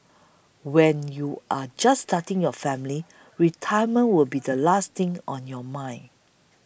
when you are just starting your family retirement will be the last thing on your mind